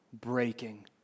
breaking